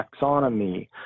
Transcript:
taxonomy